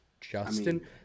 Justin